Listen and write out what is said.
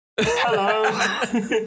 Hello